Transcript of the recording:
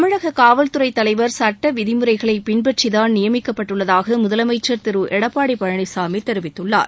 தமிழக காவல்துறை தலைவர் சட்டவிதிமுறைகளை பின்பற்றிதான் நியமிக்கப்பட்டுள்ளதாக முதலமைச்சர் திரு எடப்பாடி பழனிசாமி தெரிவித்துள்ளார்